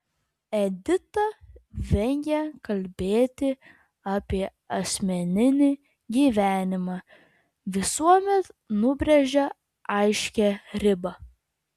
edita vengia kalbėti apie asmeninį gyvenimą visuomet nubrėžia aiškią ribą